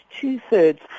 two-thirds